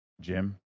Jim